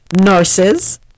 nurses